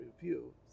review